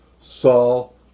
Saul